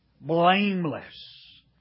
blameless